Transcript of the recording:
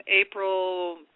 April